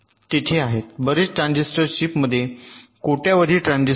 तेथे आहेत बरेच ट्रान्झिस्टर चिपमध्ये कोट्यावधी ट्रान्झिस्टर